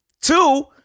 Two